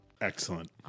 Excellent